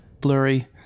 blurry